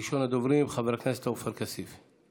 ראשון הדוברים, חבר הכנסת עופר כסיף.